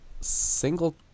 single